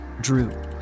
Drew